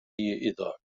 iddo